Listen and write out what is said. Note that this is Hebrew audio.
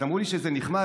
אמרו לי שזה נחמד,